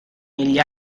negli